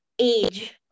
age